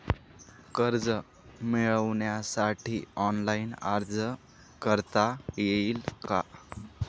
कर्ज मिळविण्यासाठी ऑनलाइन अर्ज करता येईल का?